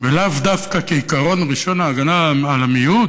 ולאו דווקא, כעיקרון ראשון, ההגנה על המיעוט,